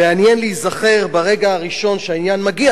מעניין להיזכר ברגע הראשון שהעניין מגיע.